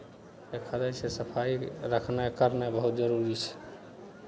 जे करै छै सफाइ रखनाइ करनाइ बहुत जरूरी छै